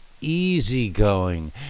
easygoing